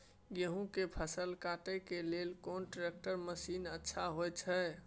गेहूं के फसल काटे के लिए कोन ट्रैक्टर मसीन अच्छा होय छै?